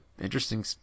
interesting